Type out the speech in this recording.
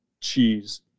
cheese